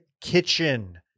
Kitchen